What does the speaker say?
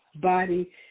body